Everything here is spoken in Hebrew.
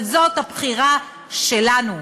אבל זאת הבחירה שלנו,